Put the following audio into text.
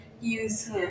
use